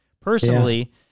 personally